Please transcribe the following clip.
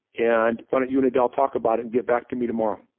and why don't you and adele talk about and get back to me tomorrow?